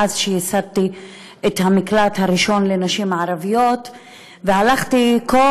מאז ייסדתי את המקלט הראשון לנשים ערביות והלכתי כל